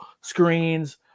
screens